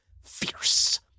fierce